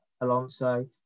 Alonso